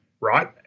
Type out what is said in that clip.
right